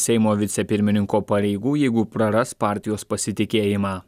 seimo vicepirmininko pareigų jeigu praras partijos pasitikėjimą